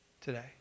today